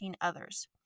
others